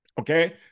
Okay